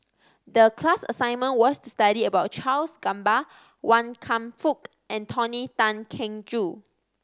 the class assignment was to study about Charles Gamba Wan Kam Fook and Tony Tan Keng Joo